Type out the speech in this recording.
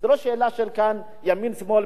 זו לא שאלה של ימין שמאל,